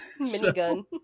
Minigun